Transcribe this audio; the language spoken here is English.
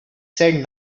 said